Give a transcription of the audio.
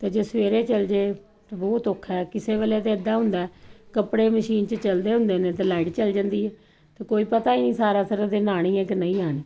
ਤੇ ਜੇ ਸਵੇਰੇ ਚਲ ਜਾਏ ਬਹੁਤ ਔਖਾ ਕਿਸੇ ਵੇਲੇ ਤੇ ਇਦਾਂ ਹੁੰਦਾ ਕੱਪੜੇ ਮਸ਼ੀਨ ਚ ਚਲਦੇ ਹੁੰਦੇ ਨੇ ਤੇ ਲਾਈਟ ਚਲ ਜਾਂਦੀ ਹ ਤੇ ਕੋਈ ਪਤਾ ਹੀ ਨਹੀਂ ਸਾਰਾ ਸਾਰਾ ਦਿਨ ਆਣੀ ਹ ਕਿ ਨਹੀਂ ਆਣੀ